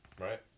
Right